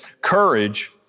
courage